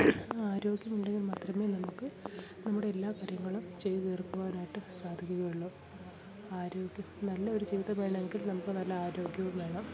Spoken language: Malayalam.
ആരോഗ്യം ഉണ്ടെങ്കിൽ മാത്രമേ നമുക്ക് നമ്മുടെ എല്ലാ കാര്യങ്ങളും ചെയ്തു തീർക്കുവാനായിട്ട് സാധിക്കുകയുള്ളു ആരോഗ്യം നല്ല ഒരു ജീവിതം വേണമെങ്കിൽ നമുക്ക് നല്ല ആരോഗ്യവും വേണം